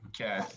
Okay